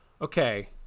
okay